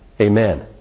Amen